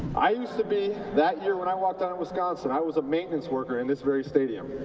i used to be that year when i walked on at wisconsin, i was a maintenance worker in this very stadium.